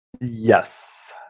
yes